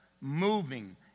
moving